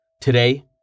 Today